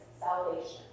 salvation